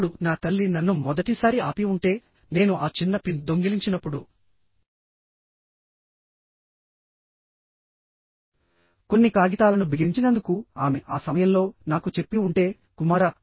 ఇప్పుడునా తల్లి నన్ను మొదటిసారి ఆపి ఉంటే నేను ఆ చిన్న పిన్ దొంగిలించినప్పుడు కొన్ని కాగితాలను బిగించినందుకు ఆమె ఆ సమయంలో నాకు చెప్పి ఉంటే కుమారా